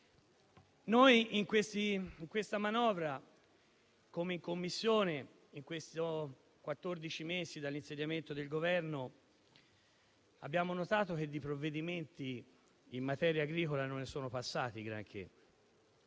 Noi, in questa manovra, come anche in Commissione, nei quattordici mesi dall'insediamento del Governo, abbiamo notato che di provvedimenti in materia agricola non ne sono passati molti.